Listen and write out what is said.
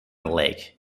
lake